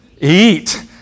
eat